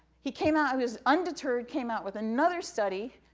he came out, was undeterred, came out with another study,